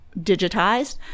digitized